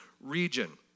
region